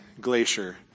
glacier